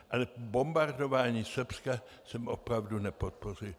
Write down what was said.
Ale bombardování Srbska jsem opravdu nepodpořil.